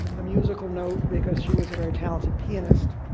a musical note because she was a very talented pianist.